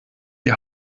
die